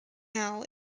now